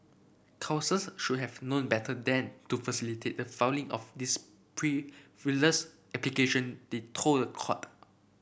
should have known better than to facilitate the filing of this application they told the court